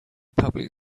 public